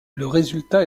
résultat